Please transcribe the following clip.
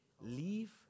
Leave